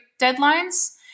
deadlines